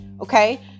Okay